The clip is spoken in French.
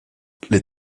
les